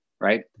right